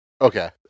Okay